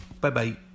Bye-bye